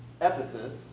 Ephesus